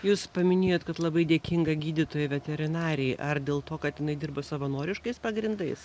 jūs paminėjot kad labai dėkinga gydytojai veterinarei ar dėl to kad jinai dirba savanoriškais pagrindais